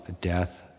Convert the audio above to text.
death